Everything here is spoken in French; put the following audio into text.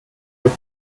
être